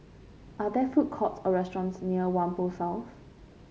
are there food courts or restaurants near Whampoa South